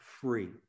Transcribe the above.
free